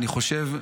אני חושב,